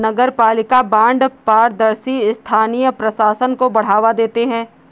नगरपालिका बॉन्ड पारदर्शी स्थानीय प्रशासन को बढ़ावा देते हैं